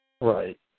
Right